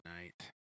night